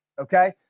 okay